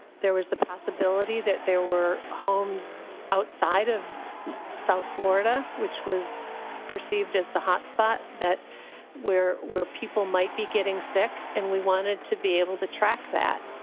there was the possibility that there were homes outside of south florida, which was perceived as the hotspot that where where people might be getting sick. and we wanted to be able to track that.